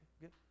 Good